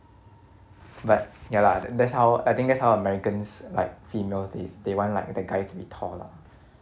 but ya lah tha~ that's how I think that's how americans like females they they want like the guy to be taller